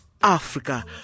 Africa